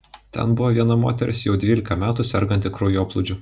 ten buvo viena moteris jau dvylika metų serganti kraujoplūdžiu